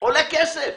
עולה כסף.